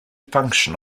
function